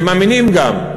ומאמינים גם,